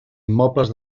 immobles